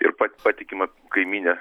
ir pat patikima kaimynė